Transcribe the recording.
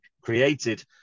created